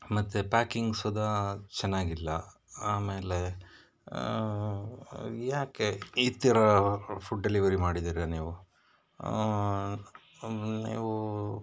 ಮತ್ತು ಪ್ಯಾಕಿಂಗ್ ಸುದಾ ಚೆನ್ನಾಗಿ ಇಲ್ಲ ಆಮೇಲೆ ಯಾಕೆ ಈ ಥರ ಫುಡ್ ಡೆಲಿವರಿ ಮಾಡಿದ್ದೀರ ನೀವು ನೀವು